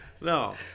no